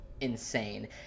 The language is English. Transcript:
insane